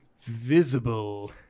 visible